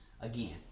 Again